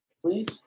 please